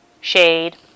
shade